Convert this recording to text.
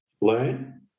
learn